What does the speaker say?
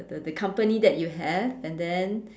the the the company that you have and then